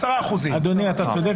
10%. אדוני אתה צודק,